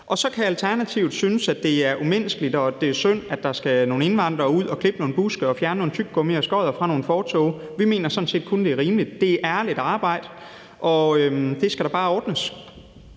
Så kan Alternativet synes, at det er umenneskeligt, og at det er synd, at der er nogle indvandrere, der skal ud og klippe nogle buske og fjerne noget tyggegummi og nogle skodder fra fortovene. Vi mener sådan set, det kun er rimeligt; det er ærligt arbejde, og det skal da bare ordnes.